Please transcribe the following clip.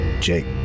Jake